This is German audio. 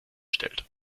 stellt